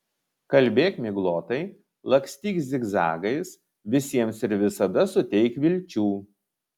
kalbėk miglotai lakstyk zigzagais visiems ir visada suteik vilčių